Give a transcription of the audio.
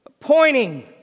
Pointing